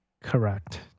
Correct